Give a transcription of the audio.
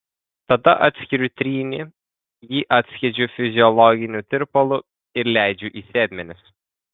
tada atskiriu trynį jį atskiedžiu fiziologiniu tirpalu ir leidžiu į sėdmenis